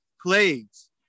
plagues